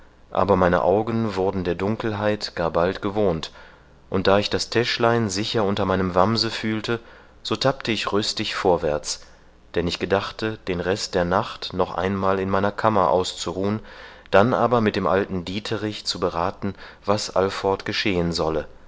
aber meine augen wurden der dunkelheit gar bald gewohnt und da ich das täschlein sicher unter meinem wamse fühlte so tappte ich rüstig vorwärts denn ich gedachte den rest der nacht noch einmal in meiner kammer auszuruhen dann aber mit dem alten dieterich zu berathen was allfort geschehen solle